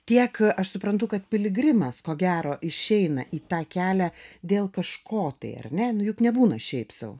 tiek aš suprantu kad piligrimas ko gero išeina į tą kelią dėl kažko tai ar ne nu juk nebūna šiaip sau